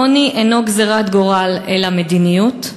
עוני אינו גזירת גורל אלא מדיניות,